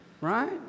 right